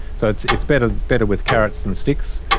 so it's it's better better with carrots than sticks,